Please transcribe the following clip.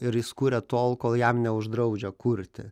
ir jis kuria tol kol jam neuždraudžia kurti